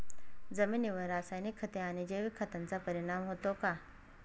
जमिनीवर रासायनिक खते आणि जैविक खतांचा परिणाम होतो का?